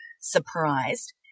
surprised